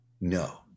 No